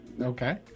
Okay